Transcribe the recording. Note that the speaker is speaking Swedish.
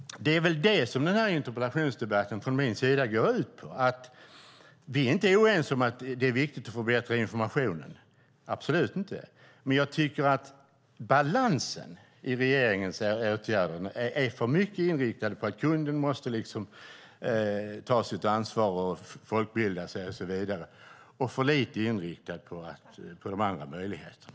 Det är väl det som den här interpellationsdebatten från min sida går ut på. Vi är inte oense om att det är viktigt att förbättra informationen - absolut inte. Men när det gäller balansen tycker jag att regeringens åtgärder är för mycket inriktade på att kunden måste ta sitt ansvar, folkbilda sig och så vidare och för lite inriktade på de andra möjligheterna.